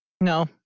No